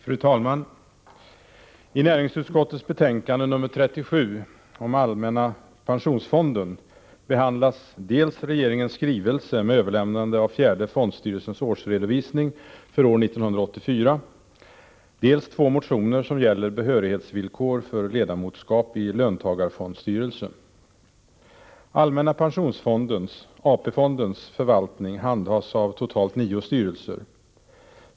Fru talman! I näringsutskottets betänkande nr 37 om allmänna pensionsfonden behandlas dels regeringens skrivelse med överlämnande av fjärde fondstyrelsens årsredovisning för år 1984, dels två motioner som gäller behörighetsvillkor för ledamotskap i löntagarfondsstyrelse. Allmänna pensionsfondens förvaltning handhas av totalt nio styrelser.